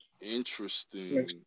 interesting